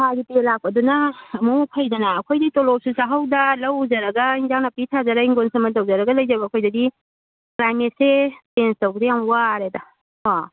ꯊꯥꯒꯤ ꯄꯦ ꯂꯥꯛꯄꯗꯨꯅ ꯑꯃꯨꯃꯨꯛ ꯐꯩꯗꯅ ꯑꯩꯈꯣꯏꯗꯤ ꯇꯣꯂꯣꯞꯁꯨ ꯆꯥꯍꯧꯗ ꯂꯧ ꯎꯖꯔꯒ ꯏꯟꯖꯥꯡ ꯅꯥꯄꯤ ꯊꯥꯖꯔꯒ ꯍꯤꯡꯒꯣꯜ ꯁꯝꯕꯜ ꯇꯧꯖꯔꯒ ꯂꯩꯖꯕ ꯑꯩꯈꯣꯏꯗꯗꯤ ꯀ꯭ꯂꯥꯏꯃꯦꯠꯁꯦ ꯆꯦꯟꯖ ꯇꯧꯕꯗꯩ ꯌꯥꯝ ꯋꯥꯔꯦꯗ ꯀꯣ